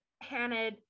Hannah